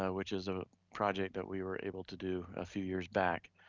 which is a project that we were able to do a few years back,